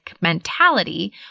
mentality